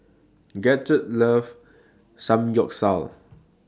Gidget loves Samgeyopsal